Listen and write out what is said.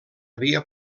havia